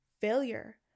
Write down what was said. failure